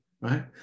right